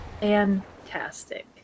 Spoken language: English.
fantastic